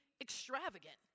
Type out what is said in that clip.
extravagant